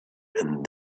and